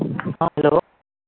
हाँ हेलो